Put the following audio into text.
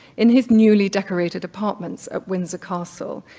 in his newly decorated apartments at windsor castle,